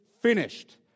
finished